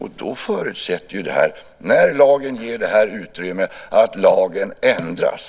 När lagen ger ett sådant utrymme förutsätter det att lagen ändras.